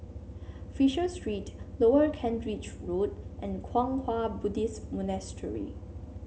Fisher Street Lower Kent Ridge Road and Kwang Hua Buddhist Monastery